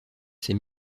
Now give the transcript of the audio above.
ces